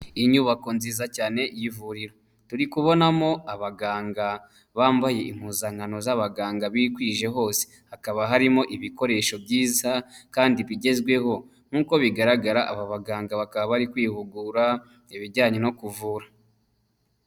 Inyubako nziza cyane y'ivuriro turi kubonamo abaganga bambaye impuzankano z'abaganga bikwije hose hakaba harimo ibikoresho byiza kandi bigezweho nk'uko bigaragara aba baganga bakaba bari kwihugura ibijyanye no kuvura.